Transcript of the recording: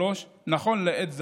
נכון לעת הזאת,